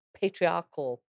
patriarchal